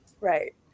Right